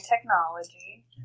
technology